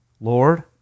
Lord